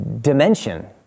dimension